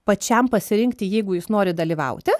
pačiam pasirinkti jeigu jis nori dalyvauti